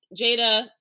Jada